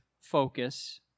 focus